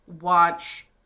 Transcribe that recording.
watch